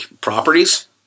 properties